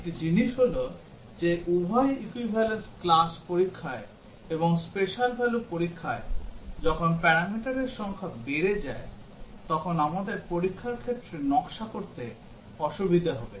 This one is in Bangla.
একটি জিনিস হল যে উভয় equivalence class পরীক্ষায় এবং special value পরীক্ষায় যখন প্যারামিটারের সংখ্যা বেড়ে যায় তখন আমাদের পরীক্ষার ক্ষেত্রে নকশা করতে অসুবিধা হবে